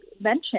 mention